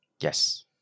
Yes